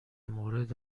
مورد